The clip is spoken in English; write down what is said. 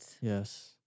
Yes